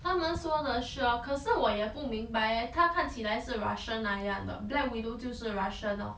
他们说的是啊可是我也不明白 eh 她看起来是 russia 那样的 black widow 就是 russia lor